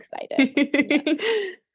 excited